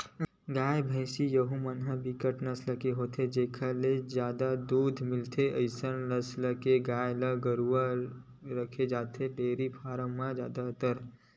गाय, भइसी यहूँ म बिकट नसल के होथे जेखर ले जादा दूद मिलथे अइसन नसल के गाय गरुवा रखे जाथे डेयरी फारम म जादातर